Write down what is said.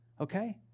Okay